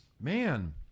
Man